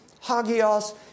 hagios